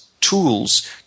tools